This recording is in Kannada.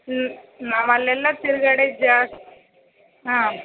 ಹ್ಞೂ ನಾವು ಅಲ್ಲೆಲ್ಲ ತಿರ್ಗಾಡಿದ್ದು ಜಾಸ್ ಹಾಂ